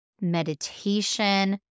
meditation